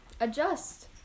adjust